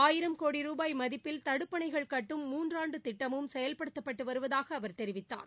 ஆயிரம் கோடி ரூபாய் மதிப்பில் தடுப்பணைகள் கட்டும் மூன்றாண்டு திட்டமும் செயல்படுத்தப்பட்டு வருவதாக அவர் தெரிவித்தார்